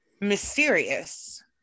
mysterious